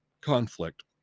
conflict